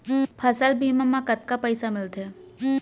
फसल बीमा म कतका पइसा मिलथे?